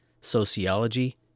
sociology